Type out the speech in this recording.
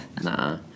Nah